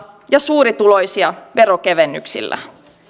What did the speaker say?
ja suurituloisia veronkevennyksillä